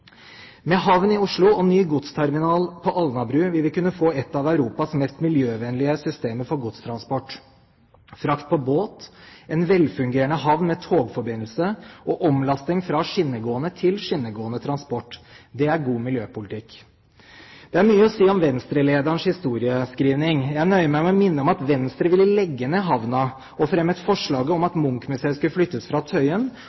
med lastebil. Med havn i Oslo og ny godsterminal på Alnabru, vil vi kunne få et av Europas mest miljøvennlige systemer for godstransport, frakt på båt, en velfungerende havn med togforbindelse og omlasting fra skinnegående til skinnegående transport. Det er god miljøpolitikk. Det er mye å si om Venstre-lederens historieskrivning. Jeg nøyer meg med å minne om at Venstre ville legge ned havnen og fremmet forslag om at Munch-museet skulle flyttes fra Tøyen,